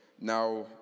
Now